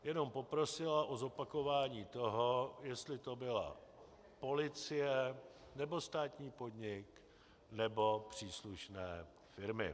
Jenom poprosila o zopakování toho, jestli to byla policie, nebo státní podnik, nebo příslušné firmy.